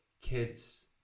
kids